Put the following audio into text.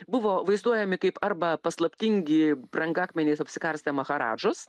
buvo vaizduojami kaip arba paslaptingi brangakmeniais apsikarstę maharadžos